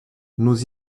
nous